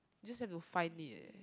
you just have to find it eh